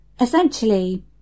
Essentially